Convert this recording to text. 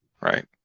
right